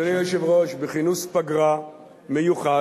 אדוני היושב-ראש, בכינוס פגרה מיוחד